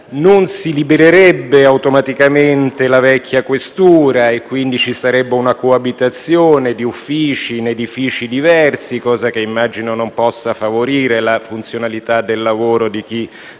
Non si libererebbe automaticamente la vecchia questura e quindi ci sarebbe una coabitazione di uffici in edifici diversi, cosa che immagino non possa favorire la funzionalità del lavoro di chi